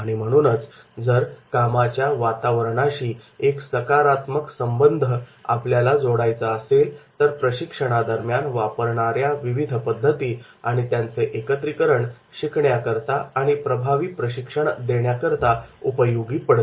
आणि म्हणूनच जर कामाच्या वातावरणाशी एक सकारात्मक संबंध आपल्याला जोडायचा असेल तर प्रशिक्षणादरम्यान वापरणाऱ्या विविध पद्धती आणि त्यांचे एकत्रीकरण शिकण्याकरता आणि प्रभावी प्रशिक्षण देण्याकरता उपयोगी पडते